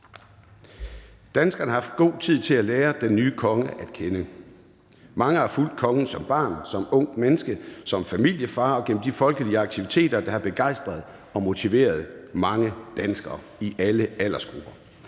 Danskerne har haft god tid til at lære den nye konge at kende. Mange har fulgt kongen som barn, som ungt menneske, som familiefar og gennem de folkelige aktiviteter, der har begejstret og motiveret mange danskere i alle aldersgrupper.